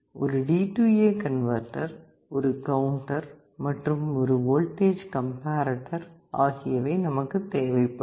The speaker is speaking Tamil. ஒரு DA கன்வேர்டர் ஒரு கவுண்டர் மற்றும் ஒரு வோல்டேஜ் கம்பேர்ரேட்டர் ஆகியவை நமக்கு தேவைப்படும்